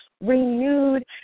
renewed